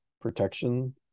protection